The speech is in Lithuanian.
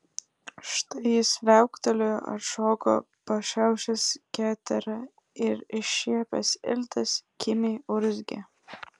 štai jis viauktelėjo atšoko pa šiaušęs keterą ir iššiepęs iltis kimiai urzgė